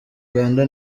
uganda